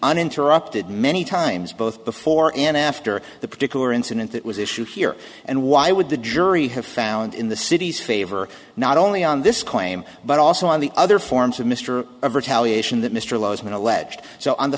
uninterrupted many times both before and after the particular incident that was issue here and why would the jury have found in the city's favor not only on this claim but also on the other forms of mr of retaliation that mr low has been alleged so on the